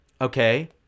Okay